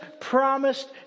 promised